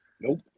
Nope